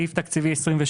סעיף תקציבי 27,